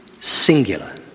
singular